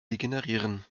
degenerieren